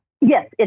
Yes